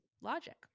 logic